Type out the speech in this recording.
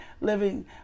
living